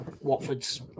Watford's